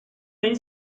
این